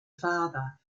father